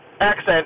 accent